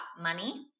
money